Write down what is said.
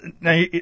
now